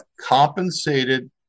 compensated